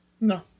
No